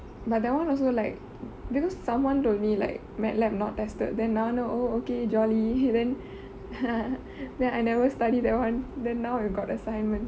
but that one also like because someone told me like mad lab not tested then நானு:naanu oh okay jolly then then I never study that one then now we got assignment